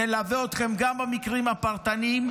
נלווה אתכם גם במקרים הפרטניים,